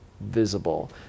visible